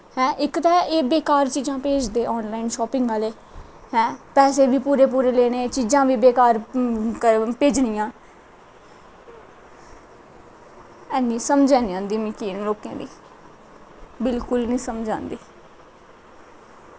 हैं इक ते एह् बेकार चीजां भेजदे आन लाईन शापिंग आह्ले हैं पेसे बी पूरे पूरे लैने चीजां बी बेकार भेजनियां ऐनी समझ ऐनी औंदी मिगी लोकें दी बिल्कुल नेईं समझ आंदी